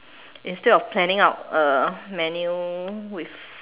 instead of planning out a menu with